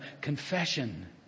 confession